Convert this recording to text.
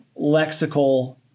lexical